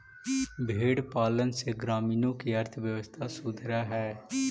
भेंड़ पालन से ग्रामीणों की अर्थव्यवस्था सुधरअ हई